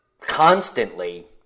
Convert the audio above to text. constantly